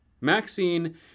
Maxine